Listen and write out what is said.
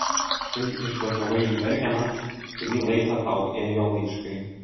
kai išvažiavai į bergeną kurį laiką tau ėjo laiškai